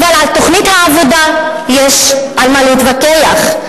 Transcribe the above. אבל על תוכנית העבודה יש מה להתווכח.